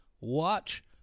Watch